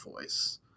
voice